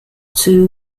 two